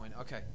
Okay